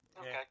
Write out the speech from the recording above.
okay